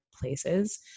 places